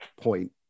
point